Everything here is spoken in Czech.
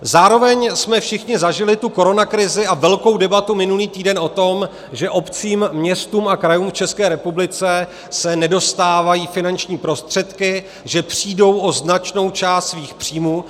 Zároveň jsme všichni zažili koronakrizi a velkou debatu minulý týden o tom, že obcím, městům a krajům v České republice se nedostávají finanční prostředky, že přijdou o značnou část svých příjmů.